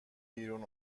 بیرون